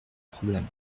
problème